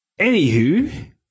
Anywho